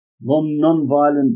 non-violent